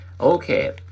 okay